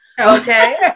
okay